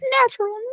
natural